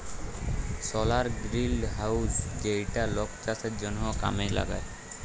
সলার greenhouse যেইটা লক চাষের জনহ কামে লাগায়